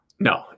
No